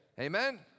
Amen